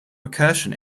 recursion